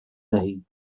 دهی